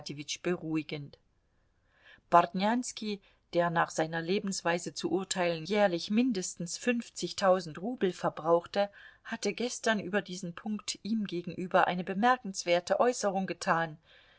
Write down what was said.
beruhigend bartnjanski der nach seiner lebensweise zu urteilen jährlich mindestens fünfzigtausend rubel verbrauchte hatte gestern über diesen punkt ihm gegenüber eine bemerkenswerte äußerung getan